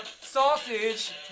sausage